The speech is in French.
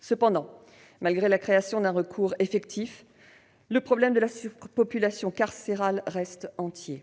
Cependant, malgré la création d'un recours effectif, le problème de la surpopulation carcérale reste entier.